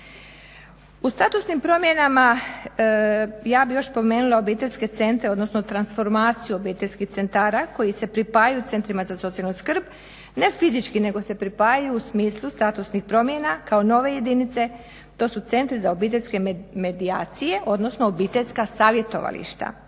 U statusnim promjenama, ja bih još spomenula obiteljske centre, odnosno transformaciju obiteljskih centara koji se pripajaju centrima za socijalnu skrb, ne fizički, nego se pripajaju u smislu statusnih promjena kao nove jedinice, to su centri za obiteljske medijacije, odnosno obiteljska savjetovališta.